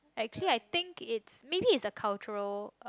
actually I think it's maybe it's the cultural uh